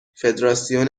فدراسیون